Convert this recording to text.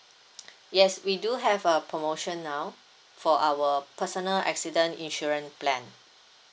yes we do have a promotion now for our personal accident insurance plan